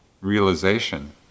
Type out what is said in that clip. realization